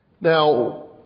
Now